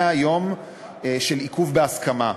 100 יום של עיכוב בהסכמה.